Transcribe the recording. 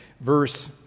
verse